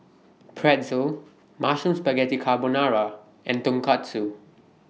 Pretzel Mushroom Spaghetti Carbonara and Tonkatsu